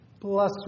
Bless